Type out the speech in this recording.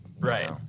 right